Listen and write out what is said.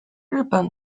日本